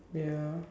ya